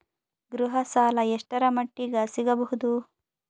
ಗೃಹ ಸಾಲ ಎಷ್ಟರ ಮಟ್ಟಿಗ ಸಿಗಬಹುದು?